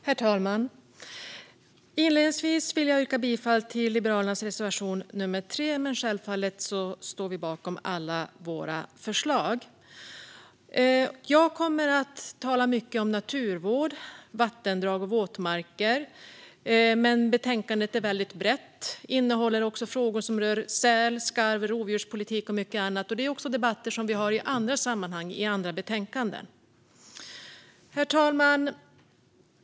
Herr talman! Jag yrkar bifall endast till Liberalernas reservation nummer 3. Men självfallet står vi bakom alla våra förslag. Jag kommer att tala mycket om naturvård, vattendrag och våtmarker. Men betänkandet är väldigt brett och innehåller även frågor som rör säl, skarv, rovdjurspolitik och mycket annat. Det är också debatter som vi för i andra sammanhang och gällande andra betänkanden. Fru talman!